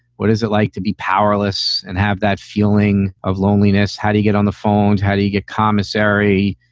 what is it like to be powerless and have that feeling of loneliness? how do you get on the phones? how do you get commissary?